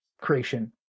creation